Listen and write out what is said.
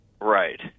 Right